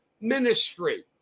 ministry